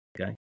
okay